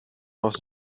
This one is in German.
noch